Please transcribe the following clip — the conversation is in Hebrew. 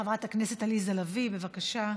חברת הכנסת עליזה לביא, בבקשה.